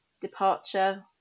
departure